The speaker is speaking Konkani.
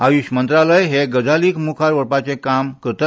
आयुष मंत्रालय हे गजालीक मुखार हाडपाचें काम करता